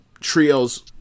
trios